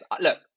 look